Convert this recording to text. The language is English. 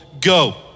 go